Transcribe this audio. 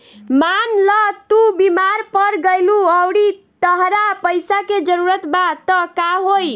मान ल तू बीमार पड़ गइलू अउरी तहरा पइसा के जरूरत बा त का होइ